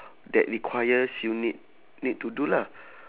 that requires you need need to do lah